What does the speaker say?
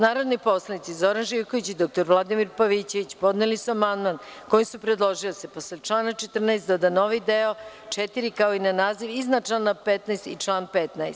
Narodni poslanici Zoran Živković i dr Vladimir Pavićević podneli su amandman kojim su predložili da se posle člana 14. doda novi deo IV, kao i na naziv iznad člana 15. i član 15.